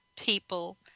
people